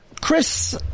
Chris